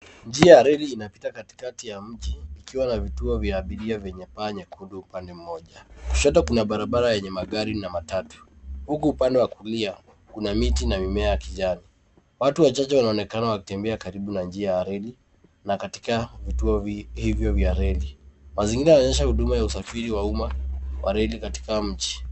Njia ya reli inapita katikati ya mji ikiwa na vituo vya abiria vyenye paa nyekundu pande moja. Kushoto kuna barabara yenye magari na matatu huku upande wa kulia kuna miti na mimea ya kijani. Watu wachache wanaonekana wakitembea karibu na njia ya reli na katika vituo hivyo vya reli. Mazingira yanaonyesha huduma ya usafiri wa reli katika nchi.